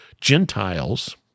Gentiles